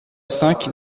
cinq